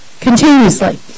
continuously